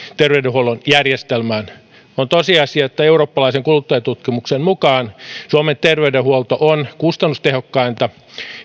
tervey denhuollon järjestelmään on tosiasia että eurooppalaisen kuluttajatutkimuksen mukaan suomen terveydenhuolto on kustannustehokkainta